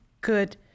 good